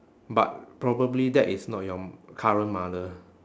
but probably that is not your m~ current mother